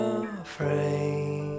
afraid